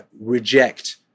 reject